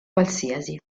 qualsiasi